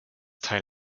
teil